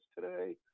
today